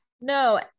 No